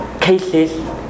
cases